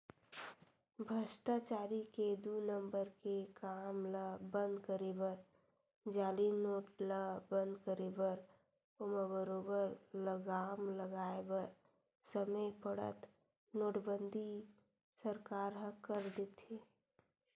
भस्टाचारी के दू नंबर के काम ल बंद करे बर जाली नोट ल बंद करे बर ओमा बरोबर लगाम लगाय बर समे पड़त नोटबंदी सरकार ह कर देथे